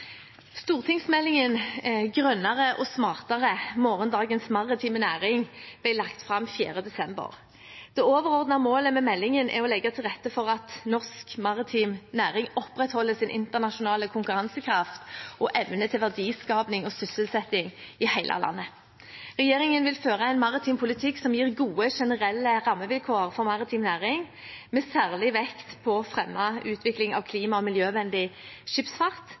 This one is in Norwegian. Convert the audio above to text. Stortingsmeldingen «Grønnere og smartere – morgendagens maritime næring» ble lagt fram 4. desember. Det overordnede målet med meldingen er å legge til rette for at norsk maritim næring opprettholder sin internasjonale konkurransekraft og evne til verdiskaping og sysselsetting i hele landet. Regjeringen vil føre en maritim politikk som gir gode generelle rammevilkår for maritim næring, med særlig vekt på å fremme utvikling av klima- og miljøvennlig skipsfart,